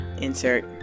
insert